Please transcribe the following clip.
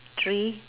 three